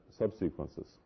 subsequences